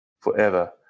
forever